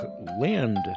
land